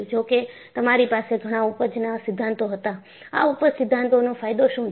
જો કે તમારી પાસે ઘણા ઊપજના સિદ્ધાંતો હતા આ ઊપજના સિદ્ધાંતોનો ફાયદો શું છે